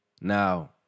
Now